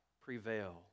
prevail